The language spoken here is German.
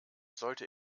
sollte